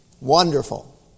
Wonderful